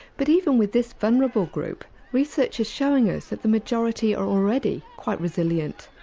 but even with this vulnerable group, research is showing us that the majority are already quite resilient.